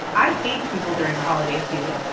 i hate people during the holiday season.